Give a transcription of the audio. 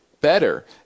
better